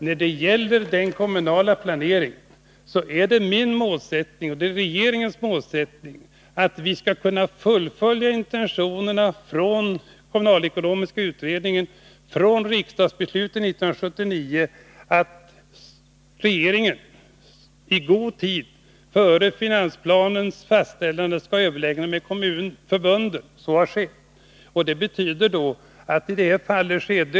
När det gäller den kommunala planeringen är det min och regeringens målsättning att vi skall kunna fullfölja intentionerna från kommunalekonomiska utredningen och från riksdagsbeslutet 1979 om att regeringen i god tid före finansplanens fastställande skall överlägga med kommunförbunden. Så har också skett.